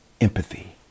Empathy